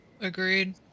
Agreed